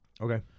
Okay